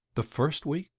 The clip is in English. the first week?